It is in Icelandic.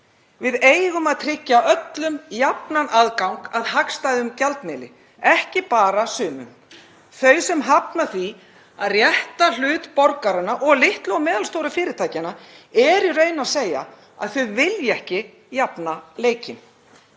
Við eigum að tryggja öllum jafnan aðgang að hagstæðum gjaldmiðli, ekki bara sumum. Þau sem hafna því að rétta hlut borgaranna og litlu og meðalstóru fyrirtækjanna eru í raun að segja að þau vilji ekki jafna leikinn.